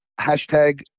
Hashtag